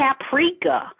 paprika